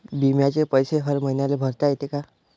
बिम्याचे पैसे हर मईन्याले भरता येते का?